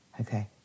okay